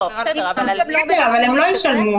הם לא ישלמו.